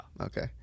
Okay